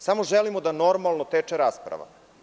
Samo želimo da normalno teče rasprava.